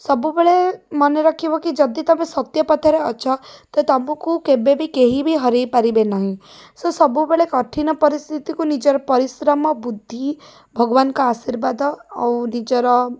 ସବୁବେଳେ ମନେରଖିବ କି ଯଦି ତୁମେ ସତ୍ୟପଥରେ ଅଛ ତ ତୁମକୁ କେବେ ବି କେହି ବି ହରେଇ ପାରିବେ ନାହିଁ ସ ସବୁବେଳେ କଠିନ ପରିସ୍ଥିତିକୁ ନିଜର ପରିଶ୍ରମ ବୁଦ୍ଧି ଭଗବାନଙ୍କ ଆଶୀର୍ବାଦ ଆଉ ନିଜର